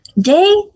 day